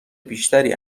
بیشتری